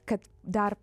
kad dar